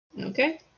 Okay